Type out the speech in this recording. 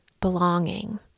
belonging